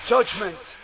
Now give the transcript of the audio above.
Judgment